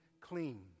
clean